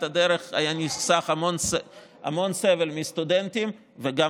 הדרך היה נחסך המון סבל מהסטודנטים וגם